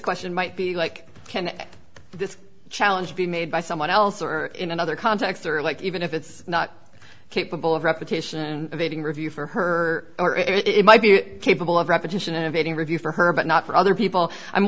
question might be like can this challenge be made by someone else or in another context or like even if it's not capable of repetition of aging review for her it might be capable of repetition evading review for her but not for other people i'm